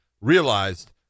realized